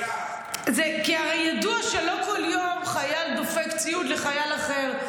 --- כי הרי ידוע שלא כל יום חייל דופק ציוד לחייל אחר.